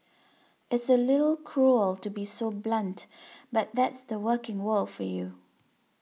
it's a little cruel to be so blunt but that's the working world for you